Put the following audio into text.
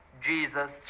Jesus